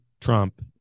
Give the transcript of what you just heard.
Trump